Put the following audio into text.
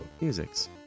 musics